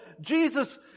Jesus